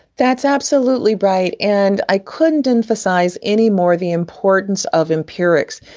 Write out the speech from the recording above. that's absolutely right. and i couldn't emphasize any more the importance of empirics.